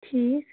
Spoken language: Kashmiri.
ٹھیٖک